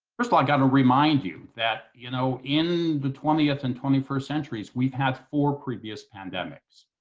first, i've gotta remind you that, you know, in the twentieth and twenty first centuries, we've had four previous pandemics,